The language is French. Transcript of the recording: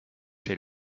chez